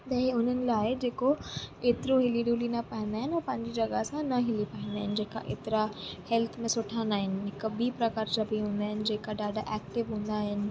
त इहे उन्हनि लाइ जेको एतिरो हिली ढुली न पाईंदा आहिनि हू पंहिंजी जॻहि सां न हिली पाईंदा आहिनि जेका एतिरा हेल्थ में सुठा न आहिनि हिकु ॿीं प्रकार जा बि हूंदा आहिनि जेका ॾाढा एक्टिव हूंदा आहिनि